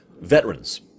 Veterans